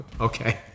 Okay